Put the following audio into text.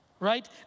right